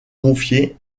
confié